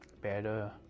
better